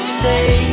say